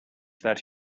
that